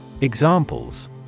Examples